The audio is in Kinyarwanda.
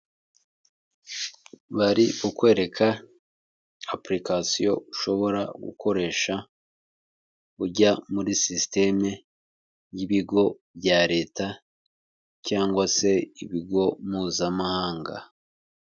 Bari kukwereka apulikasiyo ushobora gukoresha ujya muri sisiteme y'ibigo bya Leta cyangwa se ibigo mpuzamahanga.